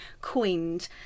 coined